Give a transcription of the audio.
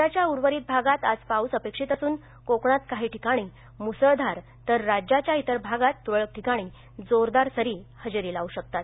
राज्याच्या सर्वच भागात आज पाऊस अपेक्षित असून कोकणात काही ठिकाणी मुसळधार तर राज्याच्या इतर भागात तुरळक ठिकाणी जोरदार सरी हजेरी लावू शकतात